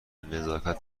نزاکت